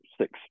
six